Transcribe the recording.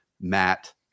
Matt